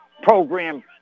program